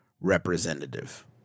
representative